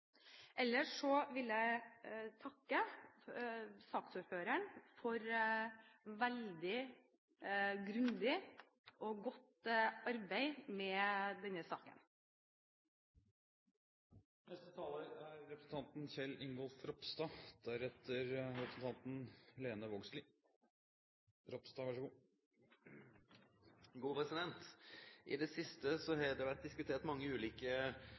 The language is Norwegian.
Ellers vil jeg takke saksordføreren for et veldig grundig og godt arbeid med denne saken. I det siste har det vært diskutert mange ulike modeller når det gjelder tippenøkkelen. Ulike aktører har sine agendaer, og det er forskjellige hensyn som skal avveies mellom de ulike